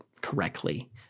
correctly